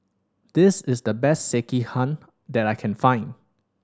this is the best Sekihan that I can find